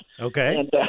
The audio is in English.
Okay